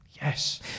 Yes